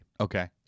Okay